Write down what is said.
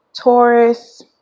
Taurus